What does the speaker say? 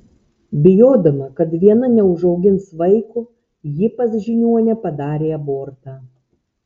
bijodama kad viena neužaugins vaiko ji pas žiniuonę padarė abortą